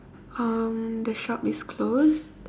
um the shop is closed